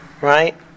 right